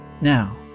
Now